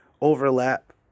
overlap